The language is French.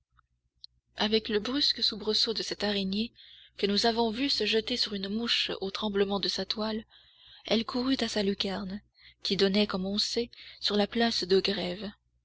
avec le brusque soubresaut de cette araignée que nous avons vue se jeter sur une mouche au tremblement de sa toile elle courut à sa lucarne qui donnait comme on sait sur la place de grève